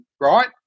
right